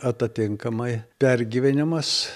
atatinkamai pergyvenimas